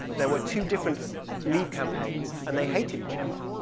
there were two different leave campaigns and they hated each other.